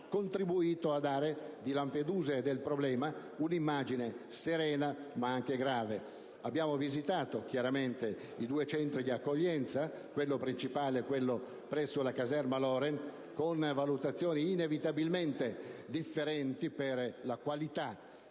contributo a dare di Lampedusa e del problema un'immagine serena, ma anche grave. Abbiamo visitato, ovviamente, i due centri di accoglienza, quello principale e quello organizzato presso l'ex caserma LORAN con valutazioni inevitabilmente differenti per la qualità